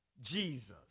Jesus